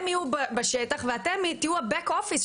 הם יהיו בשטח ואתם תהיו ה-back office,